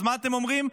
אז מה אתם אומרים?